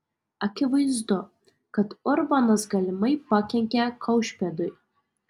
akivaizdu kad urbonas galimai pakenkė kaušpėdui